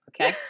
okay